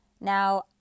Now